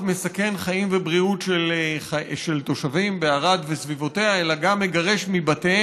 שסגן שר הבריאות הגיש ערר נגד ההחלטה